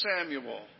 Samuel